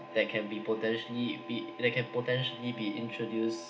that can be potentially beat that can potentially be introduced